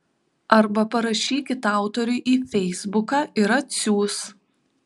arba parašykit autoriui į feisbuką ir atsiųs